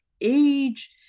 age